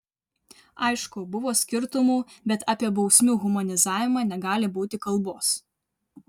aišku buvo skirtumų bet apie bausmių humanizavimą negali būti kalbos